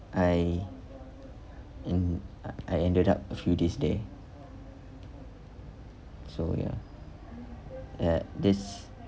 I end I ended up a few days there so ya uh this